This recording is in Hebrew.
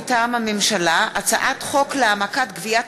מטעם הממשלה: הצעת חוק להעמקת גביית